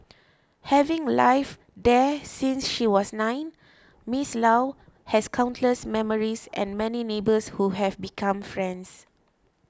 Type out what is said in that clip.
having lived there since she was nine Miss Law has countless memories and many neighbours who have become friends